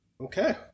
Okay